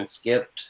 skipped